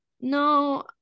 No